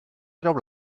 treu